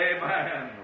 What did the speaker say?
Amen